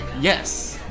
Yes